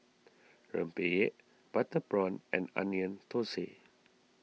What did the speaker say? Rempeyek Butter Prawn and Onion Thosai